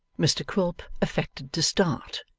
mr quilp affected to start,